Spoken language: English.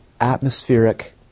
atmospheric